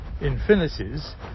infinities